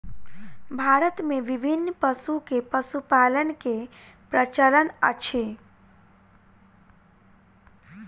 भारत मे विभिन्न पशु के पशुपालन के प्रचलन अछि